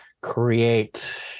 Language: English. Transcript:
create